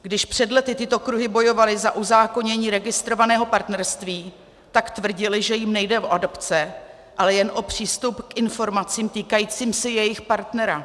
Když před lety tyto kruhy bojovaly za uzákonění registrovaného partnerství, tak tvrdily, že jim nejde o adopce, ale jen o přístup k informacím týkajícím se jejich partnera.